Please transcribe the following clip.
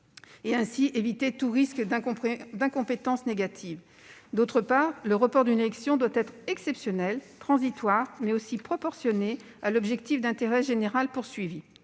et, ainsi, éviter tout risque d'incompétence négative ; d'autre part, le report d'une élection doit être exceptionnel, transitoire, mais aussi proportionné à l'objectif d'intérêt général visé.